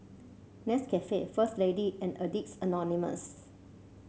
Nescafe First Lady and Addicts Anonymous